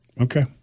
Okay